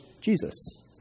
Jesus